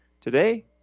today